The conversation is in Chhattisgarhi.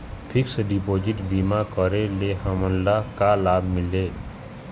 फिक्स डिपोजिट बीमा करे ले हमनला का लाभ मिलेल?